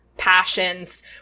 passions